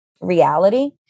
reality